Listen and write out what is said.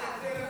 אדוני.